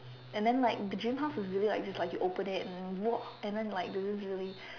and then like the dream house was really like this like you open it and you walk and then like there's this really